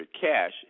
cash